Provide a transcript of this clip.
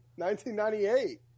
1998